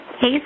Hey